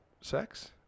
sex